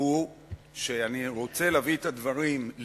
הוא שאני רוצה להביא את הדברים לאוזניך,